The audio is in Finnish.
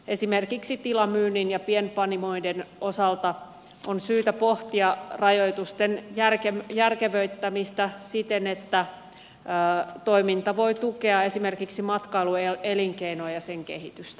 esimerkiksi tilamyynnin ja pienpanimoiden osalta on syytä pohtia rajoitusten järkevöittämistä siten että toiminta voi tukea esimerkiksi matkailuelinkeinoa ja sen kehitystä